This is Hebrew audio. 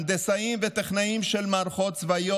הנדסאים וטכנאים של מערכות צבאיות?